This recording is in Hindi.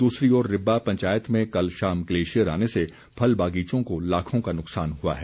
दूसरी ओर रिब्बा पंचायत में कल शाम ग्लेशियर आने से फल बागीचों को लाखों का नुकसान हुआ है